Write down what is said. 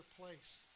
place